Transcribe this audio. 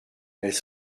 elles